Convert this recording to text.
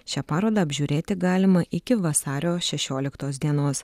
šią parodą apžiūrėti galima iki vasario šešioliktos dienos